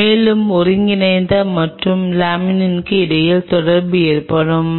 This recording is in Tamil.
இப்போது மீண்டும் நீங்கள் உருவாக்கும்